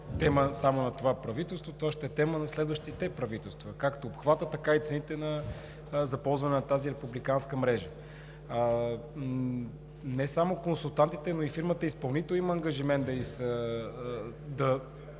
тема само на това правителство, това ще е тема и на следващите правителства – както обхватът, така и цените за ползване на тази републиканска мрежа. Не само консултантите, но и фирмата-изпълнител има ангажимент да въведе